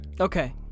Okay